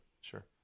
Sure